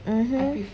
mmhmm